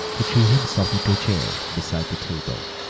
he threw himself into a chair beside the table.